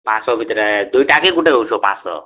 ପାଁଶହ ଭିତରେ ଦୁଇଟା କି ଗୁଟେ ଉଷୋ ପାଁଶହ